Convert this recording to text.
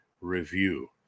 review